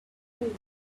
cool